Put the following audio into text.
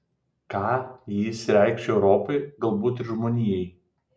ką jis reikš europai galbūt ir žmonijai